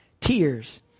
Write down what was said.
tears